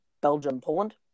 Belgium-Poland